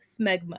smegma